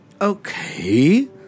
Okay